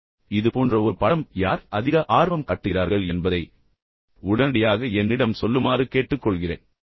இது போன்ற ஒரு காட்சியை நான் கொடுத்தால் இது போன்ற ஒரு படம் பின்னர் யார் அதிக ஆர்வம் காட்டுகிறார்கள் என்பதை விரைவாக உடனடியாக என்னிடம் சொல்லுமாறு கேட்டுக்கொள்கிறேன்